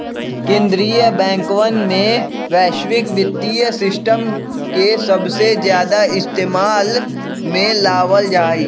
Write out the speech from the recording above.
कीन्द्रीय बैंकवन में वैश्विक वित्तीय सिस्टम के सबसे ज्यादा इस्तेमाल में लावल जाहई